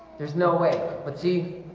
there's no way but see